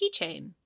keychain